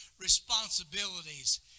responsibilities